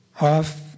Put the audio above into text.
Off